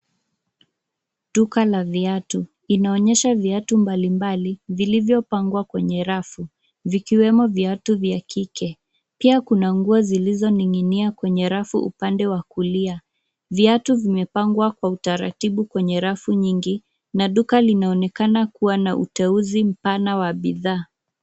Duka la viatu. Inaonyesha viatu mbalimbali vilivyopangwa kwenye rafu vikiwemo viatu vya kike. Pia kuna nguo zilizoning'inia kwenye rafu upande wa kulia. Viatu vimepangwa kwa utaratibu kwenye rafu nyingi na duka linaonekana kuwa na uteuzi mpana wa bidhaa.